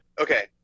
Okay